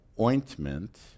ointment